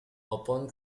upon